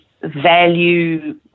value